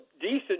decent